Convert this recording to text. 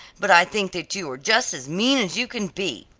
but i think that you are just as mean as you can be,